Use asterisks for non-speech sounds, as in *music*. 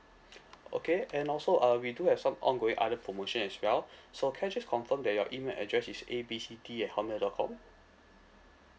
*noise* okay and also uh we do have some ongoing other promotion as well *breath* so can I just confirm that your email address is A B C D at hotmail dot com